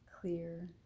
clear